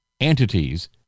entities